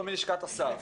לא מלשכת השר.